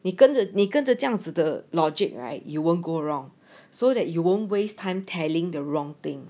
你跟着你跟着这样子的 logic right you won't go wrong so that you won't waste time tallying the wrong thing